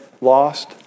lost